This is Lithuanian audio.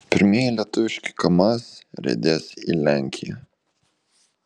pirmieji lietuviški kamaz riedės į lenkiją